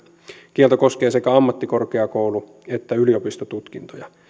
kielto koskee sekä ammattikorkeakoulu että yliopistotutkintoja